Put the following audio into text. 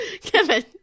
Kevin